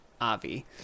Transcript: Avi